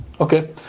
Okay